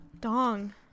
Dong